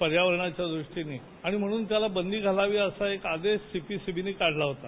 पर्यावरणाच्या दृष्टीने म्हणून त्याला बंदी घालावी असा आदेश सीपीसीबीने काढला होता